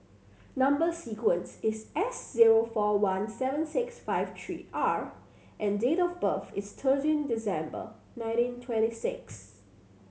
number sequence is S zero four one seven six five three R and date of birth is thirteen December nineteen twenty six